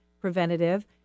preventative